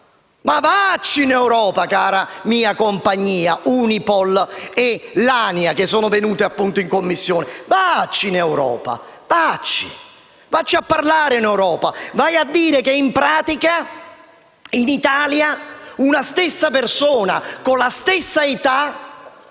Ma vacci in Europa, cara mia compagnia. Unipol e ANIA, che siete venute in Commissione, andate in Europa; andate a parlare in Europa e dite che in pratica in Italia una stessa persona, con la stessa età,